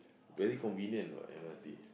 very convenient what m_r_t